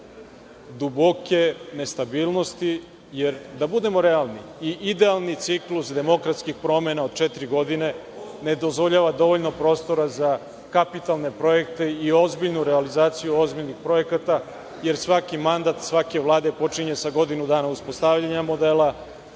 duboke nestabilnosti, jer da budemo realni, i idealni ciklus demokratskih promena od četiri godine ne dozvoljava dovoljno prostora za kapitalne projekte i ozbiljnu realizaciju ozbiljnih projekata, jer svaki mandat svake vlade počinje sa godinu dana uspostavljanja modela.